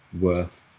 worth